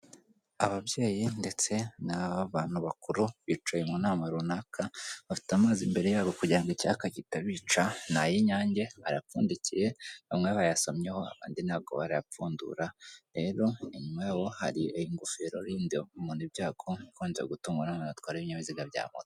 Ababyeyi ndetse n'abantu bakuru bicaye mu nama runaka, bafite amazi imbere yabo kugira ngo icyaka kitabica, ni ay'inyange, arapfundikiye, bamwe bayasomyeho abandi ntabwo barayapfundura, rero inyuma yaho hari ingofero irinda umuntu ibyago, ikunze gutungwa n'abantu batwara ibinyabiziga bya moto.